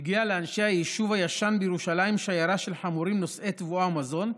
הגיעה לאנשי היישוב הישן בירושלים שיירה של חמורים נושאי תבואה ומזון,